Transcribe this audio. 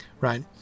right